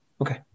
okay